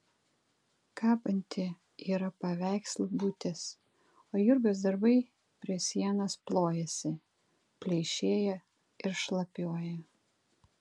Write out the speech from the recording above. kabanti yra paveikslų būtis o jurgos darbai prie sienos plojasi pleišėja ir šlapiuoja